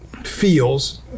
feels